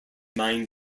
mine